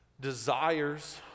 desires